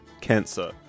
cancer